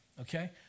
okay